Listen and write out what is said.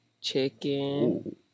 chicken